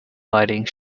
lighting